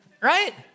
right